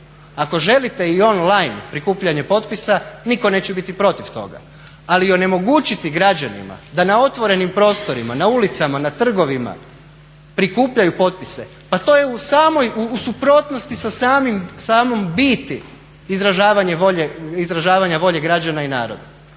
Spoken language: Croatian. Ako želite i on line prikupljanje potpisa nitko neće biti protiv toga, ali onemogućiti građanima da na otvorenim prostorima, na ulicama, na trgovima prikupljaju potpise pa to je u suprotnosti sa samom biti izražavanja volje građana i naroda.